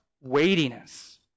weightiness